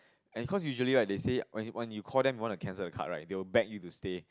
and cause usually right they say when when you call them you want to cancel the card right they will beg you to stay